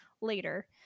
later